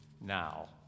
now